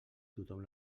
tothom